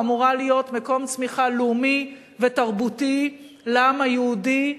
או אמורה להיות מקום צמיחה לאומי ותרבותי לעם היהודי.